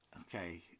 Okay